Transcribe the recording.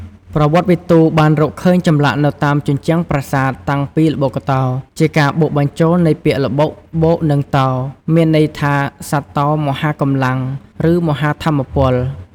ប្រវត្តិវិទូបានរកឃើញចម្លាក់នៅតាមជញ្ជាំងប្រាសាទតាំងពីល្បុក្កតោ ជាការបូកបញ្ចូលនៃពាក្យ «ល្បុក» បូកនឹង «តោ» មានន័យថាសត្វតោមហាកម្លាំង ឬមហាថាមពល។